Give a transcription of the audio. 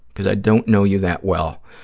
because i don't know you that well,